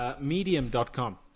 Medium.com